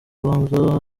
banza